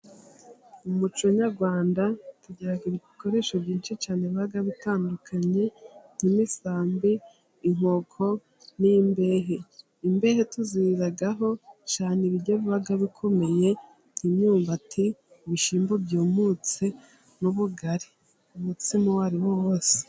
Mu muco nyarwanda tugira ibikoresho byinshi cyane biba bitandukanye nk'isambi, inkoko n'imbehe, imbehe tuziraho cyane ibiryo biba bikomeye imyumbati, ibishyimbo byumutse n'ubugari, umutsima uwo ariwo wose.